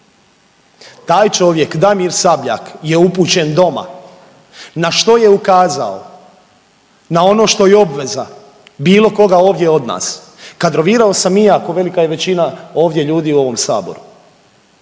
Taj čovjek, Damir Sabljak je upućen doma. Na što je ukazao na ono što je i obveza bilo koga ovdje od nas. Kadrovirao sam i ja, kao i velika većina ovdje ljudi u ovom Saboru